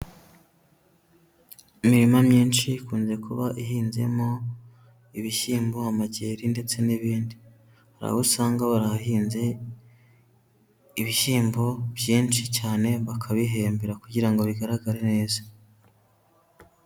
Imirima myinshi ikunze kuba ihinzemo ibishyimbo, amajeri ndetse n'ibindi. Hari aho usanga barahahinze ibishyimbo byinshi cyane bakabihembera kugira ngo bigaragare neza.